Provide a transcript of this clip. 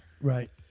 Right